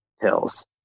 pills